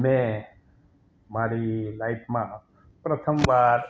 મેં મારી લાઇફમાં પ્રથમવાર